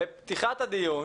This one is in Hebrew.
כבר בפתיחת הדיון